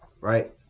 right